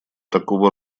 такого